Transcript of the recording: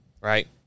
right